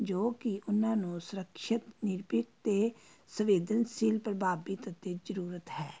ਜੋ ਕਿ ਉਨ੍ਹਾਂ ਨੂੰ ਸੁਰੱਖਿਅਤ ਨਿਰਭਿਤ ਅਤੇ ਸੰਵੇਦਨਸ਼ੀਲ ਪ੍ਰਭਾਵਿਤ ਅਤੇ ਜ਼ਰੂਰਤ ਹੈ